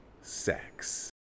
sex